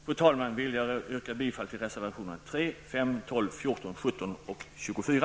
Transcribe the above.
Med detta yrkar jag bifall till reservationerna 3, 5, 12, 14, 17 och 24.